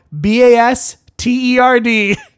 B-A-S-T-E-R-D